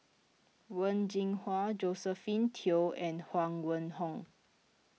Wen Jinhua Josephine Teo and Huang Wenhong